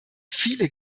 viele